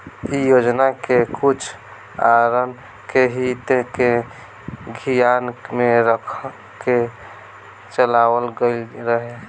इ योजना के मछुआरन के हित के धियान में रख के चलावल गईल रहे